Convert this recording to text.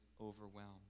overwhelmed